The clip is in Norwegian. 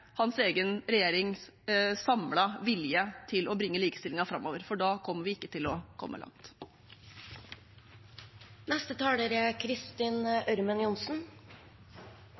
egen regjerings samlede vilje til å bringe likestillingen framover – for da kommer vi ikke til å komme langt. Det er